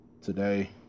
Today